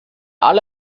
alle